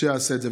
שיעשה את זה.